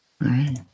right